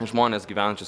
žmones gyvenančius